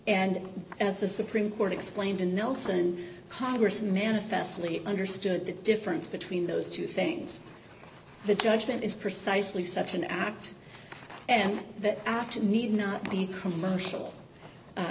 and as the supreme court explained in nelson congress manifestly understood the difference between those two things the judgment is precisely such an act and that action need not be commercial